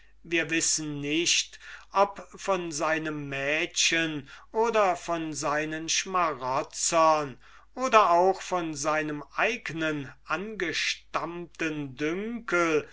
wir wissen nicht ob von seinem mädchen oder von seinen schmarutzern oder auch von seinem eignen angestammten dünkel